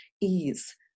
ease